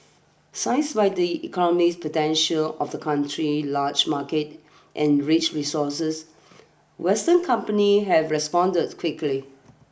seized by the economic potential of the country large market and rich resources western companies have responded quickly